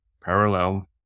parallel